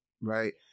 right